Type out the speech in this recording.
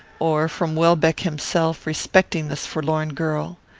or from welbeck himself, respecting this forlorn girl.